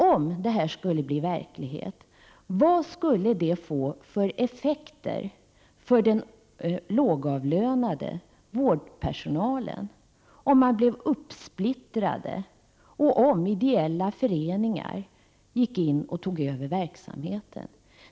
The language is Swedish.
Om det här skulle bli verklighet, vilka effekter skulle det få för den lågavlönade vårdpersonalen, om den blev uppsplittrad och om ideella föreningar gick in och tog över verksamheten?